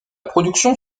production